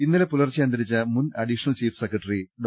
ഇന്നലെ പുലർച്ചെ അന്തരിച്ച മുൻ അഡീഷണൽ ചീഫ് സെക്ര ട്ടറി ഡോ